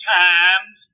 times